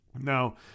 Now